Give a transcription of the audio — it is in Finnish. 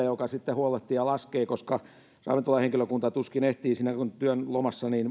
joka sitten laskee määrät ja huolehtii siitä ravintolahenkilökunta tuskin ehtii siinä työn lomassa